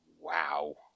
wow